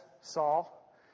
Saul